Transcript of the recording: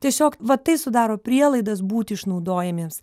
tiesiog va tai sudaro prielaidas būti išnaudojamiems